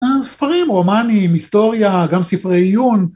ספרים, רומנים, היסטוריה, גם ספרי עיון.